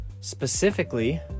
Specifically